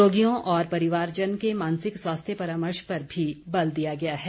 रोगियों और परिवारजन के मानसिक स्वास्थ्य परामर्श पर भी बल दिया गया है